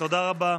תודה רבה.